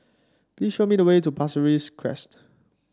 please show me the way to Pasir Ris Crest